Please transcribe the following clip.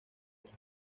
dos